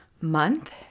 month